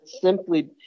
simply